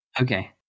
Okay